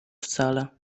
wcale